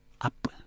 up